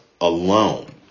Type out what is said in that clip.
alone